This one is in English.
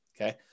Okay